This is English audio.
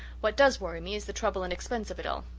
what does worry me is the trouble and expense of it all.